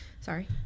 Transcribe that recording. Sorry